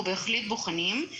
אנחנו בהחלט בוחנים.